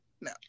no